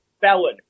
felon